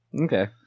Okay